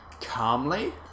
calmly